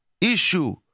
issue